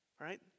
right